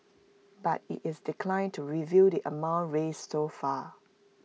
but IT is declined to reveal the amount raised so far